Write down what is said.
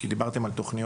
כי אתם דיברתם על תוכניות,